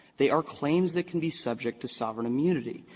they are claims that can be subject to sovereign immunity.